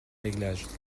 réglages